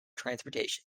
transportation